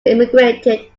immigrated